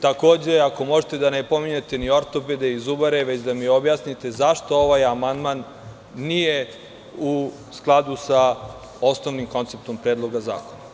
Takođe, ako možete da ne pominjete ni ortopede i zubare, već da mi objasnite zašto ovaj amandman nije u skladu sa osnovnim konceptom predloga zakona.